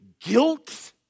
guilt